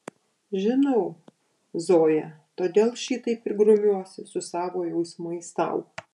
žinau zoja todėl šitaip ir grumiuosi su savo jausmais tau